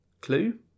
clue